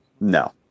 No